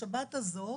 בשבת הזאת,